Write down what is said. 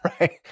right